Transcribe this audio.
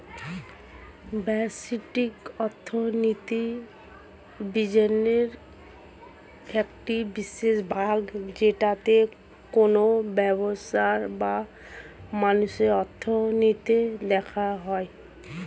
ব্যষ্টিক অর্থনীতি বিজ্ঞানের একটি বিশেষ ভাগ যেটাতে কোনো ব্যবসার বা মানুষের অর্থনীতি দেখা হয়